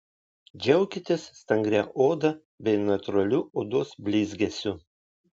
džiaukitės stangria oda bei natūraliu odos blizgesiu